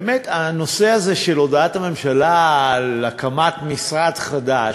באמת הנושא הזה של הודעת הממשלה על הקמת משרד חדש,